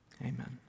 Amen